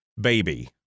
baby